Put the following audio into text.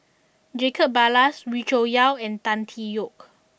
Jacob Ballas Wee Cho Yaw and Tan Tee Yoke